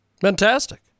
Fantastic